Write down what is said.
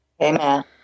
Amen